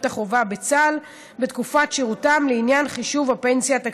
החובה בצה"ל בתקופת שירותם לעניין חישוב הפנסיה התקציבית,